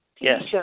Yes